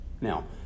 Now